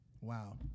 wow